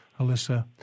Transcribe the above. Alyssa